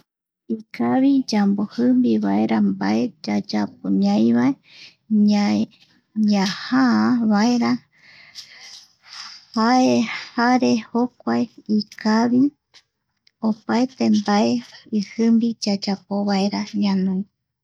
Ikavi yambo jimbi vaera mbae yayapoñai vae ñaiajaa vaera jae jokuae jokua ikavi opaete mbae ijimbi yayapo vaera